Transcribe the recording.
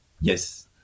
yes